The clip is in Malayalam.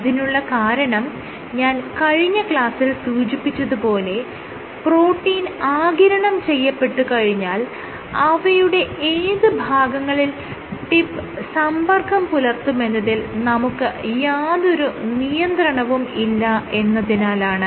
അതിനുള്ള കാരണം ഞാൻ കഴിഞ്ഞ ക്ലാസ്സിൽ സൂചിപ്പിച്ചത് പോലെ പ്രോട്ടീൻ ആഗിരണം ചെയ്യപ്പെട്ടു കഴിഞ്ഞാൽ അവയുടെ ഏത് ഭാഗങ്ങളിൽ ടിപ്പ് സമ്പർക്കം പുലർത്തുമെന്നതിൽ നമുക്ക് യാതൊരു നിയന്ത്രണവും ഇല്ല എന്നതിനാലാണ്